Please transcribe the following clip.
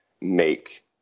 make